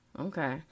Okay